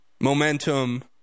momentum